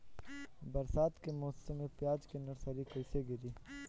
बरसात के मौसम में प्याज के नर्सरी कैसे गिरी?